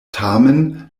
tamen